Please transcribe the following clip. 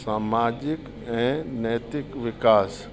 समाजिक ऐं नैतिक विकास